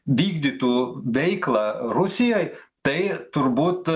vykdytų veiklą rusijoj tai turbūt